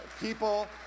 people